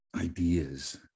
ideas